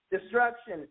destruction